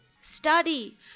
study